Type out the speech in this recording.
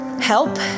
help